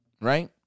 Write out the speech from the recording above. right